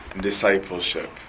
discipleship